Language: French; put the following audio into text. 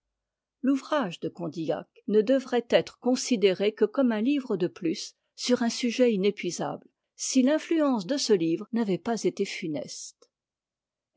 l'ouvrage dé condillac ne devrait être considéré que comme un livre de plus sur un sujet inépuisablé si t'ihnuencë de èe livre n'avait pas été funeste